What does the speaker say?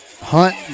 Hunt